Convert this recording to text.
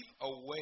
away